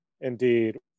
Indeed